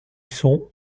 sont